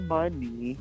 money